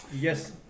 Yes